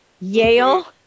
Yale